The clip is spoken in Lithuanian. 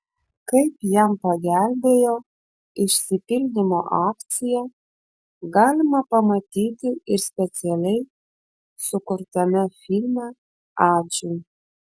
kaip jam pagelbėjo išsipildymo akcija galima pamatyti ir specialiai sukurtame filme ačiū